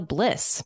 Bliss